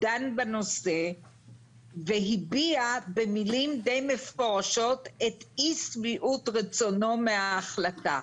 דן בנושא והביע במילים די מפורשות את אי שביעות רצונו מההחלטה.